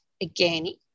again